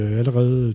allerede